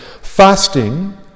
fasting